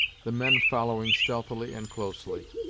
the men following stealthily and closely.